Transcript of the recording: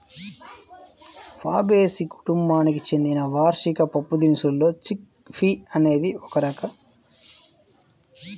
Fabaceae కుటుంబానికి చెందిన వార్షిక పప్పుదినుసుల్లో చిక్ పీ అనేది ఒక రకం